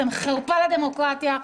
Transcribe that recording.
אתם חרפה לדמוקרטיה,